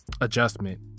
adjustment